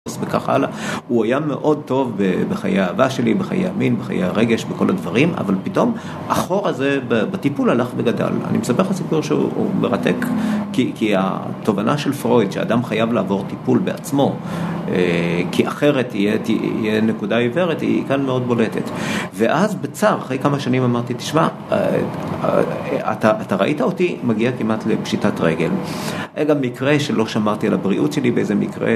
הוא היה מאוד טוב בחיי האהבה שלי, בחיי המין, בחיי הרגש, בכל הדברים, אבל פתאום החור הזה בטיפול הלך וגדל. אני מספר לך סיפור שהוא מרתק, כי התובנה של פרויד שאדם חייב לעבור טיפול בעצמו, כי אחרת תהיה נקודה עיוורת, היא כאן מאוד בולטת. ואז בצער, אחרי כמה שנים אמרתי, תשמע, אתה ראית אותי, מגיע כמעט לפשיטת רגל. היה גם מקרה שלא שמרתי על הבריאות שלי באיזה מקרה.